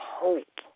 hope